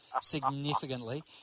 significantly